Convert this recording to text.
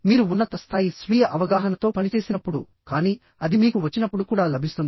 మీరు ఉన్నత స్థాయి స్వీయ అవగాహనతో పనిచేసినప్పుడు కానీ అది మీకు వచ్చినప్పుడు కూడా లభిస్తుంది